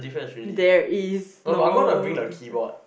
there is no difference